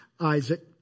Isaac